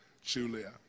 Julia